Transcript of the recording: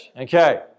Okay